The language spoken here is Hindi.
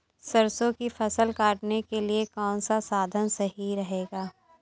सरसो की फसल काटने के लिए कौन सा साधन सही रहेगा?